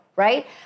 right